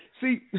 See